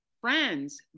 friends